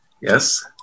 Yes